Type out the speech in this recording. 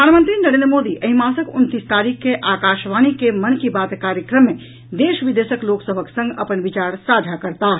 प्रधानमंत्री नरेंद्र मोदी एहि मासक उनतीस तारीख के आकाशवाणी के मन की बात कार्यक्रम मे देश विदेशक लोक सभक संग अपन विचार साझा करताह